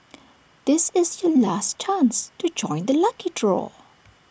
this is your last chance to join the lucky draw